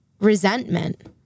resentment